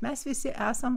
mes visi esam